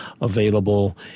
available